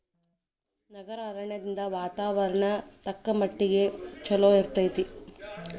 ನಗರ ಅರಣ್ಯದಿಂದ ವಾತಾವರಣ ತಕ್ಕಮಟ್ಟಿಗೆ ಚಲೋ ಇರ್ತೈತಿ